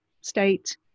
state